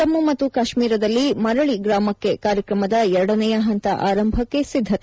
ಜಮ್ಮು ಮತ್ತು ಕಾಶ್ಮೀರದಲ್ಲಿ ಮರಳಿ ಗ್ರಾಮಕ್ಷೆ ಕಾರ್ಯಕ್ರಮದ ಎರಡನೆಯ ಹಂತ ಆರಂಭಕ್ಕೆ ಸಿದ್ದತೆ